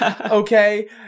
Okay